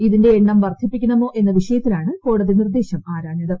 ഇതിന്റെ എണ്ണം വർദ്ധിപ്പിക്കണമോ എന്ന വിഷയത്തിലാണ് കോടതി നിർദ്ദേശം ആരാഞ്ഞത്